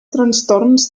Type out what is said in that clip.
trastorns